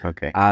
Okay